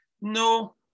No